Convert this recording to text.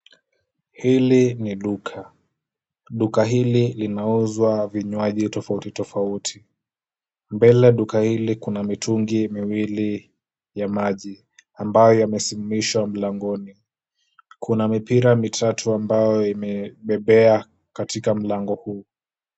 Hili ni duka. Duka hili linauza vinywaji tofauti tofauti. Mbele duka hili kuna mitungi miwili ya maji, ambayo yamesimamishwa mlangoni. Kuna mipira mitatu ambayo imebembea katika mlango huu.